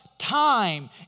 time